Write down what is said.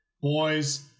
boys